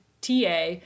TA